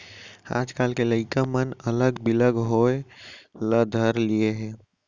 आजकाल के लइका मन अलग बिलग होय ल धर लिये हें